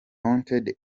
wanted